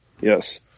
Yes